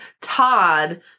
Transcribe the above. Todd